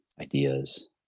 ideas